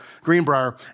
Greenbrier